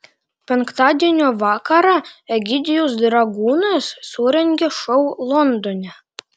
penktadienio vakarą egidijus dragūnas surengė šou londone